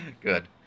Good